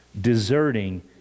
deserting